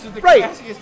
Right